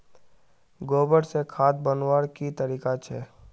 गोबर से खाद बनवार की तरीका छे?